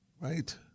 right